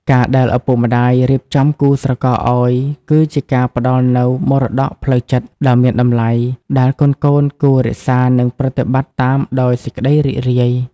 ការដែលឪពុកម្ដាយរៀបចំគូស្រករឱ្យ គឺជាការផ្ដល់នូវ "មរតកផ្លូវចិត្ត" ដ៏មានតម្លៃ ដែលកូនៗគួររក្សានិងប្រតិបត្តិតាមដោយសេចក្ដីរីករាយ។